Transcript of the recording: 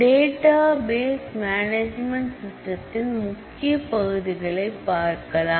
date of management சிஸ்டத்தின் முக்கிய பகுதியை பார்க்கலாம்